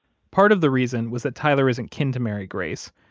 part of the reason was that tyler isn't kin to mary grace.